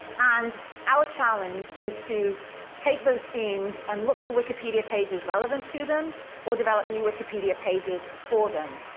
and our challenge was to take those themes and look for wikipedia pages relevant to them or develop new wikipedia pages for them.